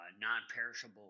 non-perishable